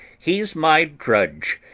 he's my drudge.